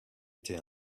été